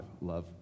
love